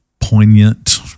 poignant